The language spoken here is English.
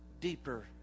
deeper